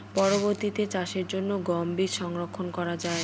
পরবর্তিতে চাষের জন্য গম বীজ সংরক্ষন করা হয়?